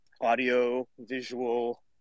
audio-visual